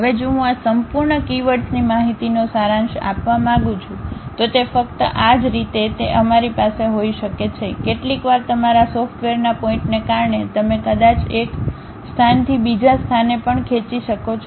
હવે જો હું આ સંપૂર્ણ કીવર્ડ્સની માહિતીનો સારાંશ આપવા માંગું છું તો તે ફક્ત આ જ રીતે તે અમારી પાસે હોઈ શકે છે કેટલીકવાર તમારા સોફ્ટવેરના પોઇન્ટ ને કારણે તમે કદાચ એક સ્થાનથી બીજા સ્થાને પણ ખેંચી શકો છો